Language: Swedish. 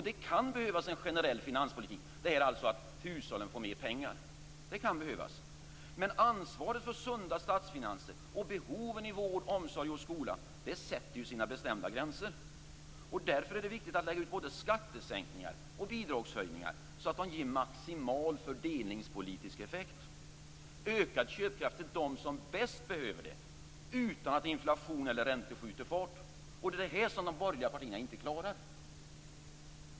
Det kan behövas en generell finanspolitik, det är alltså att hushållen får mer pengar. Det kan behövas. Men ansvaret för sunda statsfinanser och behoven i vård, omsorg och skola sätter sina bestämda gränser. Därför är det viktigt att lägga ut både skattesänkningar och bidragshöjningar så att de ger maximal fördelningspolitisk effekt, ökad köpkraft till dem som bäst behöver det utan att inflation eller räntor skjuter fart. Det är detta som de borgerliga partierna inte klarar.